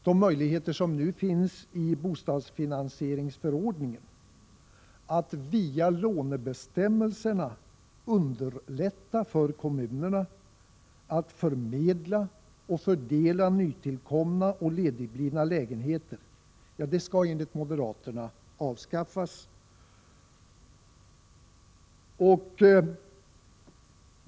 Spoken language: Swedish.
De möjligheter som nu finns i bostadsfinansieringsförordningen att via lånebestämmelserna underlätta för kommunerna att förmedla och fördela nytillkomna och ledigblivna lägenheter skall enligt moderaterna avskaffas.